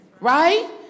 Right